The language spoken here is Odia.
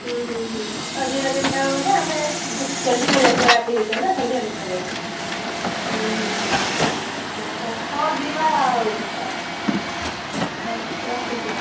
ହୁଁ ହୁଁ ହୁଁ ଆ ଦିଟା ତିନିଟା ବେଳକୁ ଗଲେ ଆମେ ଭି ଜଲ୍ଦି ପଳେଇ ଆସିବା ରାତି ଭିତରେ ନା ସନ୍ଧ୍ୟା ଭିତରେ ହୁଁ ହୁଁ ହୁଁ ଅ ହଁ ହଉ ଯିବା ଆଉ ହ ହଁ ହଁ ରଖୁଛି ଆ